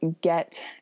get